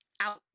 out